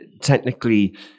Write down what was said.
technically